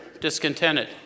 discontented